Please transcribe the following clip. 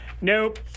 nope